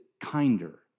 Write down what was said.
kinder